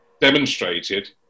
demonstrated